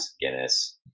Guinness